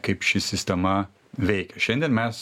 na kaip ši sistema veikia šiandien mes